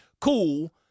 Cool